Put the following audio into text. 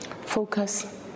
Focus